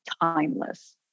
timeless